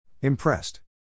Impressed